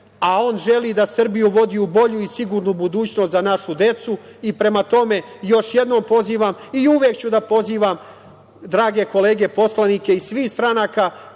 a on želi da Srbiju vodi u bolju i sigurnu budućnost – Za našu decu i prema tome, još jednom pozivam, i uvek ću da pozivam, drage kolege poslanike iz svih stranaka